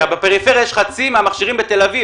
בפריפריה ממה שיש בתל אביב.